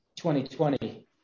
2020